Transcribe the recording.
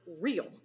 real